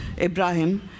Ibrahim